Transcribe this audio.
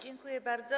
Dziękuję bardzo.